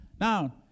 Now